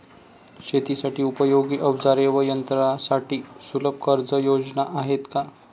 शेतीसाठी उपयोगी औजारे व यंत्रासाठी सुलभ कर्जयोजना आहेत का?